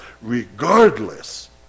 Regardless